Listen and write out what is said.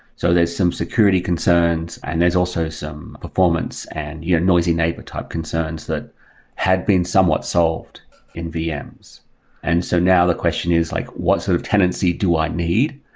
so there's some security concerns and there's also some performance and your noisy neighbor type concerns that have been somewhat solved in vms and so now the question is like what sort of tenancy do i need?